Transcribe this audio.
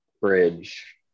bridge